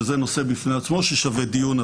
שזה נושא בפני עצמו ששווה דיון,